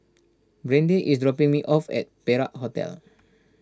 Brande is dropping me off at Perak Hotel